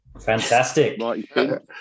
Fantastic